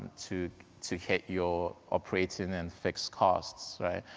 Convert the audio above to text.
to to hit your operating and fixed costs, right?